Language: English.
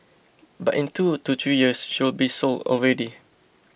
but in two to three years she will be so old already